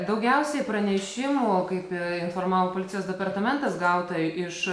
daugiausiai pranešimų kaip informavo policijos departamentas gauta iš